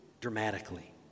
dramatically